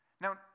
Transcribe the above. Now